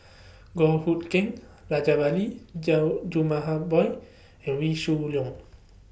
Goh Hood Keng Rajabali and Wee Shoo Leong